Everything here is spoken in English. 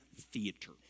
theater